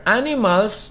animals